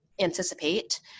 anticipate